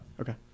Okay